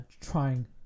trying